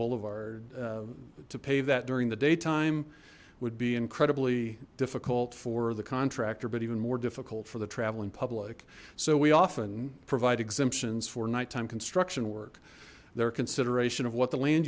boulevard to pave that during the daytime would be incredibly difficult for the contractor but even more difficult for the traveling public so we often provide exemptions for nighttime construction work there consideration of what the land